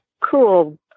cool